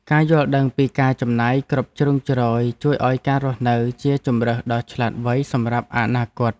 ការយល់ដឹងពីការចំណាយគ្រប់ជ្រុងជ្រោយជួយឱ្យការរស់នៅជាជម្រើសដ៏ឆ្លាតវៃសម្រាប់អនាគត។